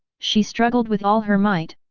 she struggled with all her might,